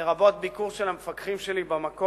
לרבות ביקור של המפקחים שלי במקום,